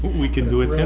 we can do a